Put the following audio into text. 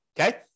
okay